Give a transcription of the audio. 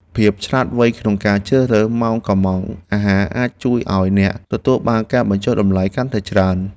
ភាពឆ្លាតវៃក្នុងការជ្រើសរើសម៉ោងកុម្ម៉ង់អាហារអាចជួយឱ្យអ្នកទទួលបានការបញ្ចុះតម្លៃកាន់តែច្រើន។